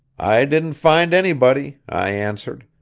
i didn't find anybody, i answered,